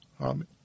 Amen